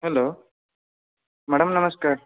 hello madam ନମସ୍କାର୍